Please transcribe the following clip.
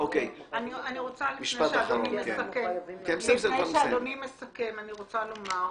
לפני שאדוני מסכם אני רוצה לומר,